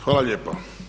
Hvala lijepo.